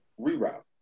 reroute